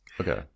Okay